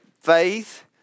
faith